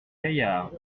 gaillard